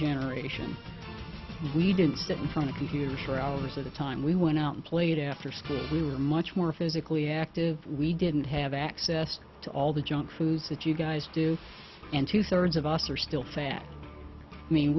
generation we didn't that was on a computer for hours at a time we went out and played after school we were much more physically active we didn't have access to all the junk foods that you guys do and two thirds of us are still fat i mean